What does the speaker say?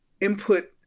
input